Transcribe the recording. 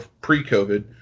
pre-COVID